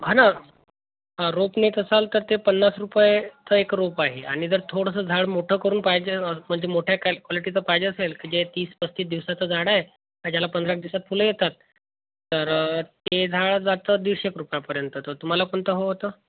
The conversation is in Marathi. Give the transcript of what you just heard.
आणि हं रोप नेत असाल तर ते पन्नास रुपयाचं एक रोप आहे आणि जर थोडंसं झाड मोठं करून पाहिजे म्हणजे मोठ्या क क्वालिटीचं पाहिजे असेल जे तीस पस्तीस दिवसाचं झाड आहे ज्याला पंधरा एक दिवसात फुलं येतात तर ते झाड जातं दीडशे एक रुपयापर्यंतचं तुम्हाला कोणतं हवं होतं